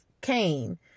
Cain